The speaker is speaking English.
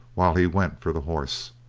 while he went for the horse,